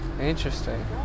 interesting